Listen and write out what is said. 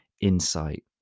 insight